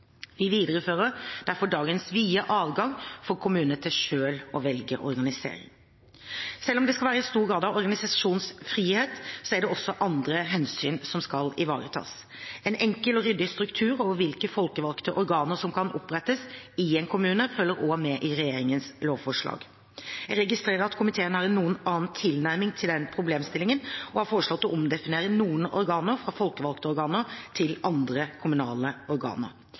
Vi viderefører derfor dagens vide adgang for kommunene til selv å velge organisering. Selv om det skal være stor grad av organisasjonsfrihet, er det også andre hensyn som skal ivaretas. En enkel og ryddig struktur over hvilke folkevalgte organer som kan opprettes i en kommune, følger også med i regjeringens lovforslag. Jeg registrerer at komiteen har en noe annen tilnærming til den problemstillingen og har foreslått å omdefinere noen organer fra «folkevalgte organer» til «andre kommunale organer».